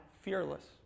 fearless